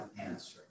answer